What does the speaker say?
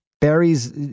Berries